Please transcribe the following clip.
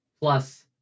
plus